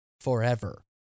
forever